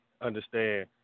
understand